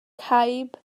caib